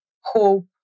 hope